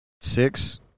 six